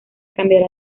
cambiará